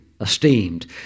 esteemed